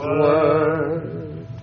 word